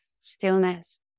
stillness